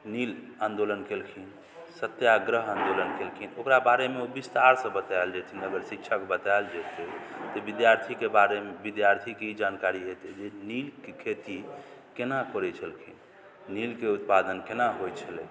नील आन्दोलन केलखिन सत्याग्रह आन्दोलन केलखिन ओकरा बारेमे ओ विस्तारसँ बताएल जेतै अगर शिक्षक बताएल जेतै तऽ विद्यार्थीके बारेमे विद्यार्थीके ई जानकारी हेतै जे नीलके खेती केना करै छलखिन नील के उत्पादन केना होय छलै